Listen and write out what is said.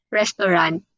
restaurant